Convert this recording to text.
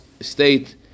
state